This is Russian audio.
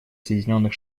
соединенных